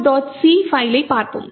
c பைல்லைப் பார்ப்போம்